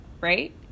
right